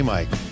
Mike